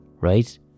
right